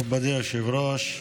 מכובדי היושב-ראש,